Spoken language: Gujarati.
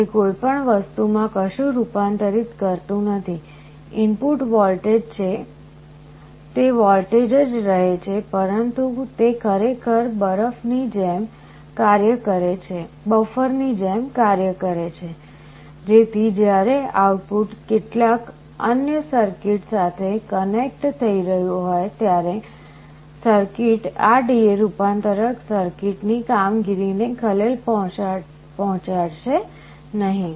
તે કોઈપણ વસ્તુમાં કશું રૂપાંતરિત કરતું નથી ઇનપુટ વોલ્ટેજ છે તે વોલ્ટેજ જ રહે છે પરંતુ તે ખરેખર બફરની જેમ કાર્ય કરે છે જેથી જ્યારે આઉટપુટ કેટલાક અન્ય સર્કિટ સાથે કનેક્ટ થઈ રહ્યું હોય ત્યારે સર્કિટ આ DA રૂપાંતરક સર્કિટની કામગીરીને ખલેલ પહોંચાડશે નહીં